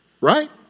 right